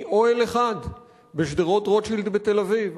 מאוהל אחד בשדרות-רוטשילד בתל-אביב,